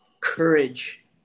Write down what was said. courage